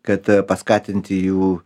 kad paskatinti jų